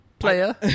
player